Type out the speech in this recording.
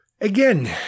Again